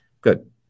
Good